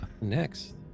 next